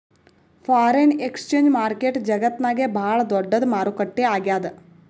foreign exchange market ಜಗತ್ತ್ನಾಗೆ ಭಾಳ್ ದೊಡ್ಡದ್ ಮಾರುಕಟ್ಟೆ ಆಗ್ಯಾದ